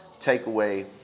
takeaway